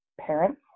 parents